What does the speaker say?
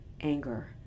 anger